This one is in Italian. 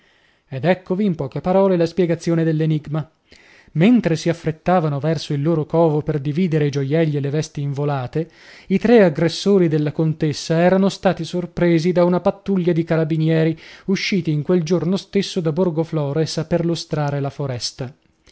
ed eccovi in poche parole la spiegazione dell'enigma mentre si affrettavano verso il loro covo per dividere i gioielli e le vesti involate i tre aggressori della contessa erano stati sorpresi da una pattuglia di carabinieri usciti in quel giorno stesso da borgoflores a perlustrare la foresta